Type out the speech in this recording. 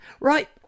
Right